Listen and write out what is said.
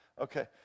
okay